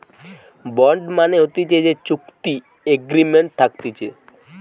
bond মানে হতিছে যে চুক্তি এগ্রিমেন্ট থাকতিছে